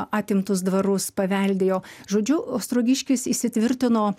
atimtus dvarus paveldėjo žodžiu ostrogiškis įsitvirtino